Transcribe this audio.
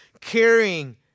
carrying